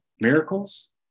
miracles